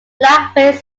blackface